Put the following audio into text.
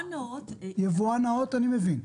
לצערנו התקנים האלה לא נעשה בהם שימוש לצורך פיקוח.